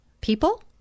people